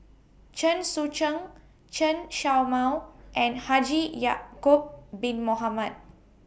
Chen Sucheng Chen Show Mao and Haji Ya'Acob Bin Mohamed